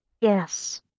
Yes